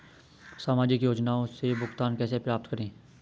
सामाजिक योजनाओं से भुगतान कैसे प्राप्त करें?